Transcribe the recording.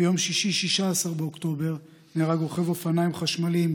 ביום שישי 16 באוקטובר נהרג רוכב אופניים חשמליים,